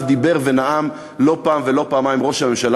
דיבר ונאם לא פעם ולא פעמיים ראש הממשלה,